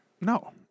no